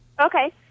Okay